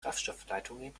kraftstoffleitungen